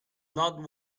not